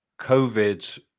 COVID